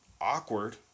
Awkward